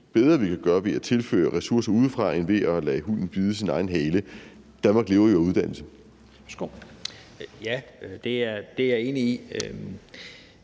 bedre vi kan gøre ved at tilføre ressourcer udefra end ved at lade hunden bide af sin egen hale. Danmark lever jo af uddannelse. Kl. 15:46 Første